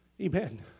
Amen